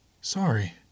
Sorry